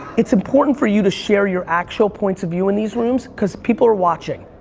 it's important for you to share your actual points of view in these rooms, cause people are watching.